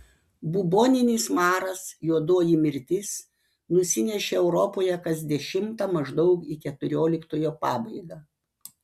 buboninis maras juodoji mirtis nusinešė europoje kas dešimtą maždaug į keturioliktojo pabaigą